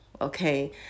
Okay